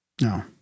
No